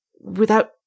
without